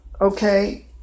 Okay